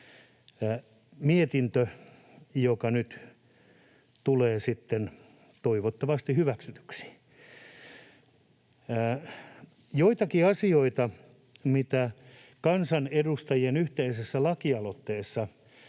mietintö, joka nyt tulee sitten toivottavasti hyväksytyksi. Joitakin asioita, mitä kansanedustajien yhteisessä lakialoitteessa